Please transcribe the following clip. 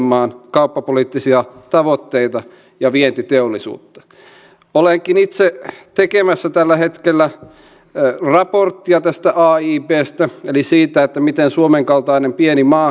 miten te ministerit näette missähän mahtaa loppujen lopuksi kustannusten näkökulmasta ja inhimillisyyden näkökulmasta mennä tämä raja kotona asumisen suhteen